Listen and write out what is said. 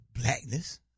blackness